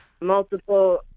multiple